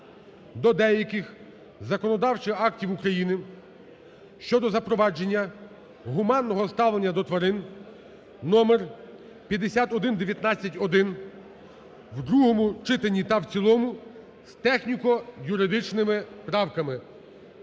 до деяких законодавчих актів України щодо запровадження гуманного ставлення до тварин (№ 5119-а) в другому читанні та в цілому з техніко-юридичними правками.